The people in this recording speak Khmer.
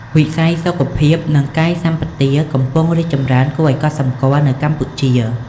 វិស័យសុខភាព និងកាយសម្បទាកំពុងរីកចម្រើនគួរឱ្យកត់សម្គាល់នៅកម្ពុជា។